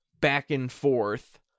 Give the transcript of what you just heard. back-and-forth